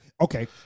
Okay